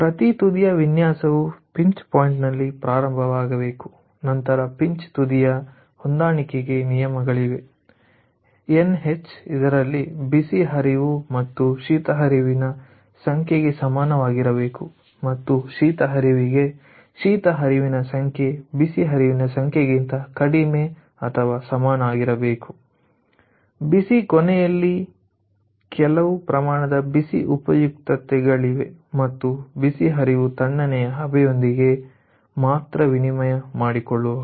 ಪ್ರತಿ ತುದಿಯ ವಿನ್ಯಾಸವು ಪಿಂಚ್ ಪಾಯಿಂಟ್ನಲ್ಲಿ ಪ್ರಾರಂಭವಾಗಬೇಕು ನಂತರ ಪಿಂಚ್ ತುದಿಯ ಹೊಂದಾಣಿಕೆಗೆ ಎನ್ಎಚ್ ನಿಯಮಗಳಿವೆ ಇದರಲ್ಲಿ ಬಿಸಿ ಹರಿವು ಮತ್ತು ಶೀತ ಹರಿವಿನ ಸಂಖ್ಯೆಗೆ ಸಮನಾಗಿರಬೇಕು ಮತ್ತು ಶೀತ ಹರಿವಿಗೆ ಶೀತ ಹರಿವಿನ ಸಂಖ್ಯೆ ಬಿಸಿ ಹರಿವಿನ ಸಂಖ್ಯೆಗಿಂತ ಕಡಿಮೆ ಅಥವಾ ಸಮನಾಗಿರಬೇಕು ಬಿಸಿ ಕೊನೆಯಲ್ಲಿ ಕೆಲವು ಪ್ರಮಾಣದ ಬಿಸಿ ಉಪಯುಕ್ತತೆಗಳಿವೆ ಮತ್ತು ಬಿಸಿ ಹರಿವು ತಣ್ಣನೆಯ ಹಬೆಯೊಂದಿಗೆ ಮಾತ್ರ ವಿನಿಮಯ ಮಾಡಿಕೊಳ್ಳಬಹುದು